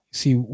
see